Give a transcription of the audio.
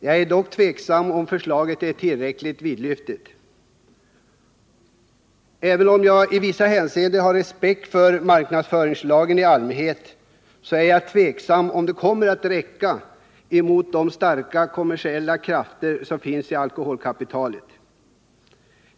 Jag är dock tveksam om huruvida förslaget är tillräckligt långtgående. Även om jag i vissa hänseenden har respekt för marknadsföringslagen i allmänhet, så är jag osäker om den kommer att räcka till mot de starka kommersiella krafter som finns i alkoholkapitalet.